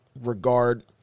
regard